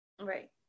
Right